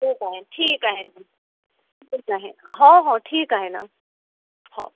ठीक आहे ठीक आहे हो हो ठीक आहे ना हो